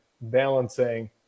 balancing